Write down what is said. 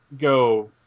go